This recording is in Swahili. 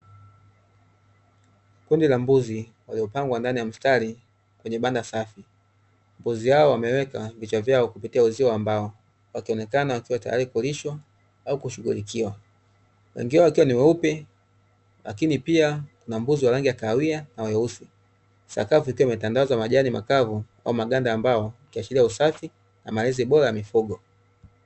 Kundi la mbuzi waliopangwa ndani ya mstari kwenye banda safi, mbuzi hao wameweka vichwa vyao kupitia uzio wa mbao wakionekana wakiwa tayari kulishwa au kushughulikiwa, wengi wao wakiwa weupe lkn pia na mbuzi wa rangi ya kahawia na weusi, sakafu imetandazwa majani makavu au maganda ya mbao ikiashiria usafi na malezi bora ya mifugo.